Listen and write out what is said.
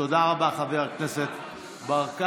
תודה רבה, חבר הכנסת ברקת.